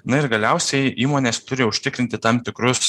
na ir galiausiai įmonės turi užtikrinti tam tikrus